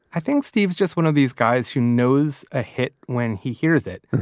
i think steve is just one of these guys who knows a hit when he hears it.